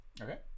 Okay